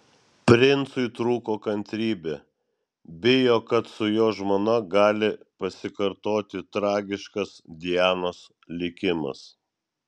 princui trūko kantrybė bijo kad su jo žmona gali pasikartoti tragiškas dianos likimas